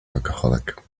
alcoholic